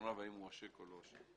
ארנונה והאם הרשות עושקת או לא עושקת.